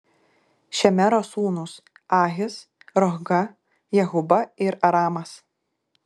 šemero sūnūs ahis rohga jehuba ir aramas